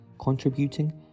contributing